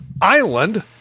island